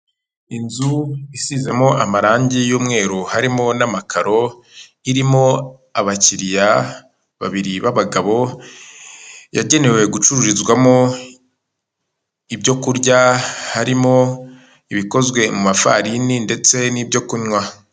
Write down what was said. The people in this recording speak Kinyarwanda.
Inzu isizemo amarangi y'umweru harimo n'amakaro, irimo abakiriya babiri b'abagabo, yagenewe gucururizwamo ibyo kurya; harimo ibikozwe mu mafarini ndetse n'ibyo kunywa.